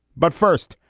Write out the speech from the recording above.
but first,